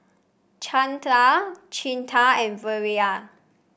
Chanda Chetan and Virat